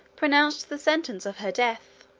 pronounced the sentence of her death.